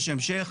יש המשך,